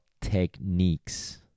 techniques